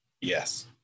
Yes